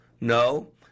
No